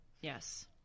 Yes